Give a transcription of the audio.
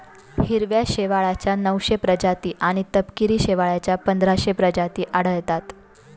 हिरव्या शेवाळाच्या नऊशे प्रजाती आणि तपकिरी शेवाळाच्या पंधराशे प्रजाती आढळतात